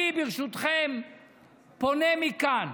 אני ברשותכם פונה מכאן